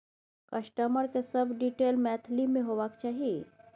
customer के सब detail Maithili में होबाक चाही